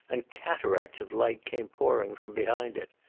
and cataracts of light came pouring from behind it.